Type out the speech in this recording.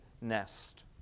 nest